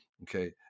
Okay